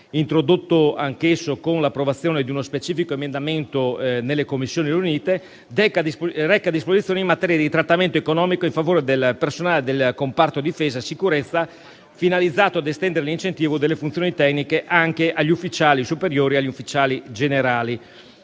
introdotto anch'esso con l'approvazione di uno specifico emendamento nelle Commissioni riunite, reca disposizioni in materia di trattamento economico in favore del personale del comparto difesa e sicurezza, finalizzato ad estendere l'incentivo delle funzioni tecniche anche agli ufficiali superiori e agli ufficiali generali.